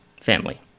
family